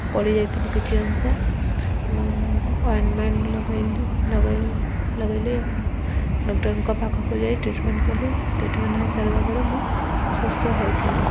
ପୋଡ଼ିଯାଇଥିଲି କିଛି ଅଂଶ ଏବଂ ଅଏଣ୍ଟ୍ମେଣ୍ଟ୍ ଲଗାଇଲି ଲଗାଇ ଲଗାଇଲି ଏବଂ ଡକ୍ଟର୍ଙ୍କ ପାଖକୁ ଯାଇ ଟ୍ରିଟ୍ମେଣ୍ଟ୍ କଲି ଟ୍ରିଟ୍ମେଣ୍ଟ୍ ହୋଇସାରିବା ପରେ ମୁଁ ସୁସ୍ଥ ହୋଇଥିଲି